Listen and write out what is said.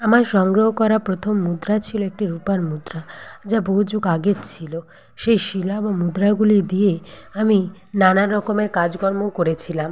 আমার সংগ্রহ করা প্রথম মুদ্রা ছিলো একটি রুপার মুদ্রা যা বহু যুগ আগের ছিলো সেই শিলা বা মুদ্রাগুলি দিয়ে আমি নানা রকমের কাজকর্মও করেছিলাম